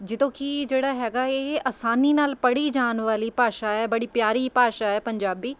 ਜਦੋਂ ਕਿ ਜਿਹੜਾ ਹੈਗਾ ਇਹ ਆਸਾਨੀ ਨਾਲ ਪੜ੍ਹੀ ਜਾਣ ਵਾਲੀ ਭਾਸ਼ਾ ਹੈ ਬੜੀ ਪਿਆਰੀ ਭਾਸ਼ਾ ਹੈ ਪੰਜਾਬੀ